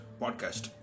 podcast